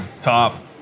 top